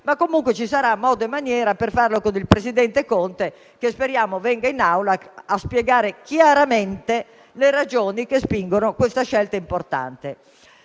Comunque ci sarà modo e maniera per farlo con il presidente Conte che speriamo venga in Aula a spiegare chiaramente le ragioni che spingono a questa scelta importante.